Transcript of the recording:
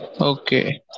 Okay